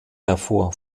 hervor